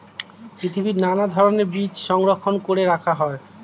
পৃথিবীর নানা ধরণের বীজ সংরক্ষণ করে রাখা হয়